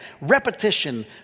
Repetition